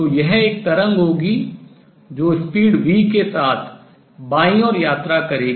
तो यह एक तरंग होगी जो speed चाल v के साथ बाईं ओर यात्रा करेगी